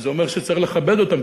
וזה אומר שצריך לכבד אותם,